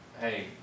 hey